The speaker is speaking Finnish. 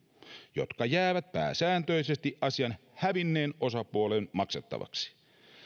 jotka jäävät pääsääntöisesti asian hävinneen osapuolen maksettavaksi